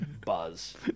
Buzz